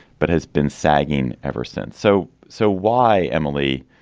but has been sagging ever since. so so why, emily,